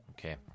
Okay